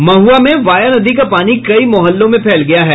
महुआ में वाया नदी का पानी कई मोहल्लों में फैल गया है